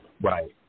Right